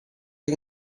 che